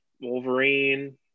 Wolverine